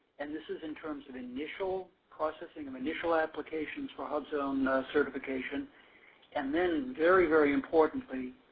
and this is in terms of initial processing of initial applications for hubzone certification and then very, very importantly,